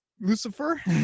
Lucifer